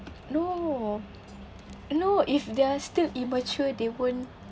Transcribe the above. no no if they're still immature they won't